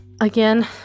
again